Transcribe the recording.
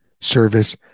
service